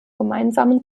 gemeinsamen